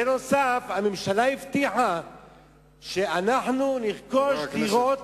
בנוסף, הממשלה הבטיחה לרכוש דירות